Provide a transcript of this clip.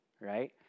right